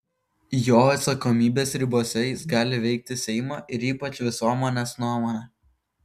jo atsakomybės ribose jis gali veikti seimą ir ypač visuomenės nuomonę